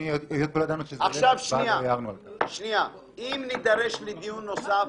אם נידרש לדיון נוסף,